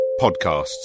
podcasts